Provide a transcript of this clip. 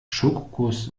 schokokuss